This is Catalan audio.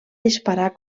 disparar